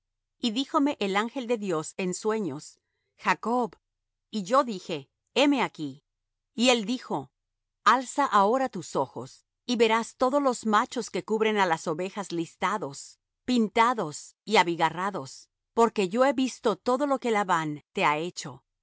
y díjome el ángel de dios en sueños jacob y yo dije heme aquí y él dijo alza ahora tus ojos y verás todos los machos que cubren á las ovejas listados pintados y abigarrados porque yo he visto todo lo que labán te ha hecho